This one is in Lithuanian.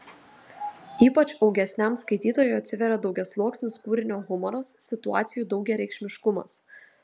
ypač augesniam skaitytojui atsiveria daugiasluoksnis kūrinio humoras situacijų daugiareikšmiškumas